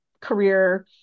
career